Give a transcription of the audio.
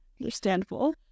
Understandable